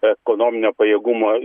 ekonominio pajėgumo